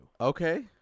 Okay